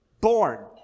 born